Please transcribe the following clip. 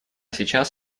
сейчас